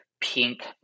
pink